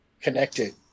connected